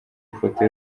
ifoto